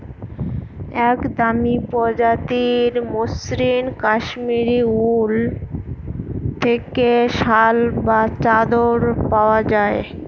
এক দামি প্রজাতির মসৃন কাশ্মীরি উল থেকে শাল বা চাদর পাওয়া যায়